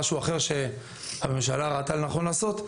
משהו אחר שהממשלה ראתה לנכון לעשות,